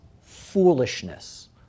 foolishness